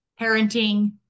parenting